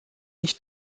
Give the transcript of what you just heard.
nicht